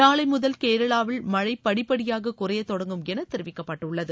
நாளை முதல் கேரளாவில் மழை படிப்படியாக குறைய தொடங்கும் என தெரிவிக்கப்பட்டுள்ளது